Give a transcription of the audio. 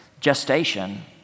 gestation